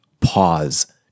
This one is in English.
pause